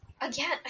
again